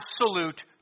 absolute